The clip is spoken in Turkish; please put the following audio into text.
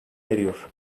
eriyor